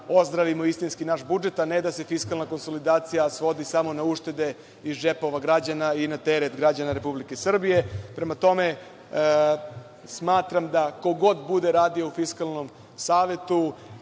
ozdravimo istinski naš budžet, a ne da se fiskalna konsolidacija svodi samo na uštede iz džepova građana i na teret građana Republike Srbije. Prema tome, smatram da ko god bude radio u Fiskalnom savetu,